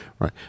Right